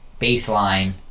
Baseline